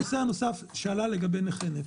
נושא נוסף שעלה כאן הוא לגבי נכי נפש.